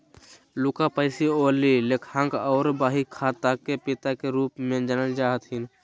Luca Pacioli लेखांकन आर बहीखाता के पिता के रूप मे जानल जा हथिन